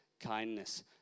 kindness